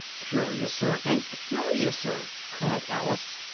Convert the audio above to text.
curiouser and curiouser! cried alice,